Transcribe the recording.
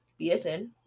BSN